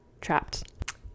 trapped